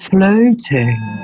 Floating